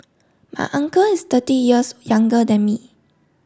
my uncle is thirty years younger than me